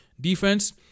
Defense